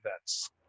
events